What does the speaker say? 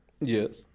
Yes